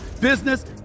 business